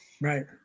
Right